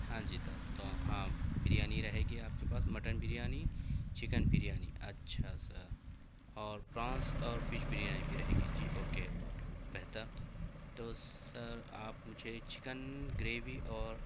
ہاں جی سر تو ہاں بریانی رہے گی آپ کے پاس مٹن بریانی چکن بریانی اچھا سر اور پرانس اور فش بریانی بھی رہے گی جی اوکے بہتر تو سر آپ مجھے چکن گریوی اور